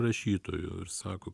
rašytojų ir sako